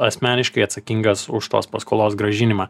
asmeniškai atsakingas už tos paskolos grąžinimą